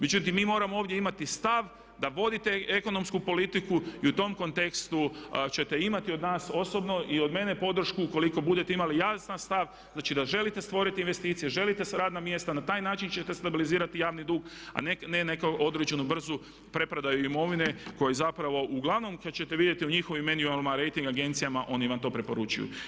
Međutim, mi moramo ovdje imati stav da vodite ekonomsku politiku i u tom kontekstu ćete imati od nas osobno i od mene podršku ukoliko budete imali jasan stav znači da želite stvoriti investicije, želite radna mjesta, na taj način ćete stabilizirati javni dug a ne neku određenu brzu preprodaju imovine koju zapravo uglavnom kad ćete vidjeti u njihovim … rejting agencijama oni vam to preporučuju.